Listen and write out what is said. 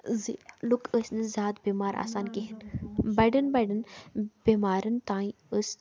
زِ لُکھ ٲسۍ نہٕ زیادٕ بٮ۪مار آسان کِہیٖنۍ بَڑٮ۪ن بَڑٮ۪ن بٮ۪مارٮ۪ن تانۍ ٲس